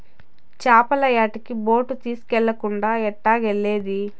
చేపల యాటకి బోటు తీస్కెళ్ళకుండా ఎట్టాగెల్లేది